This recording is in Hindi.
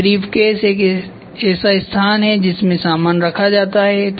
फिर ब्रीफ़केस एक ऐसा स्थान है जिसमे सामान रखा जाता है